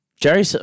Jerry